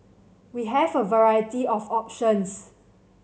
we have a variety of options